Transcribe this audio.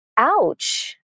ouch